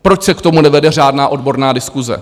Proč se k tomu nevede řádná odborná diskuse?